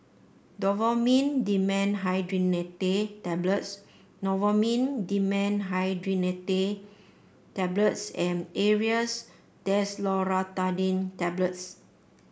Novomin Dimenhydrinate Tablets Novomin Dimenhydrinate Tablets and Aerius Desloratadine Tablets